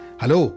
Hello